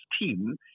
team